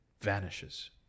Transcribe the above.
vanishes